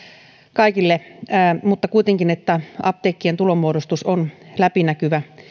kaikille kuitenkin apteekkien tulonmuodostus on läpinäkyvää